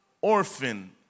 orphan